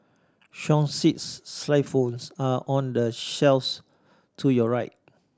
song sheets xylophones are on the shelfs to your right